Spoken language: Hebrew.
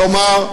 כלומר,